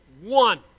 one